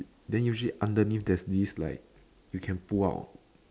then usually underneath there's this like you can pull out